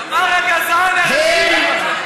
אתה הגזען הראשי.